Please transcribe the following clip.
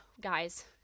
guys